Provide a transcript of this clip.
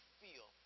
feel